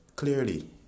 Clearly